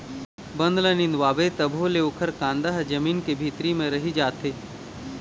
बन ल निंदवाबे तभो ले ओखर कांदा ह जमीन के भीतरी म रहि जाथे